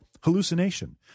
hallucination